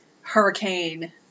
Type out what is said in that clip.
hurricane